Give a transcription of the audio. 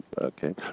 okay